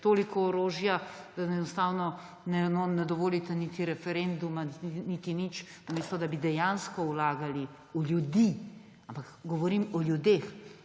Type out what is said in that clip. toliko orožja, da enostavno ne dovolite niti referenduma, niti nič, namesto da bi dejansko vlagali v ljudi. Ampak govorim o ljudeh,